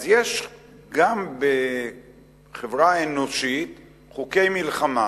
אז יש גם בחברה האנושית חוקי מלחמה,